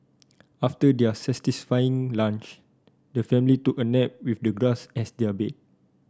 after their lunch the family took a nap with the grass as their bed